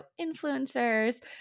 influencers